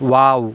wow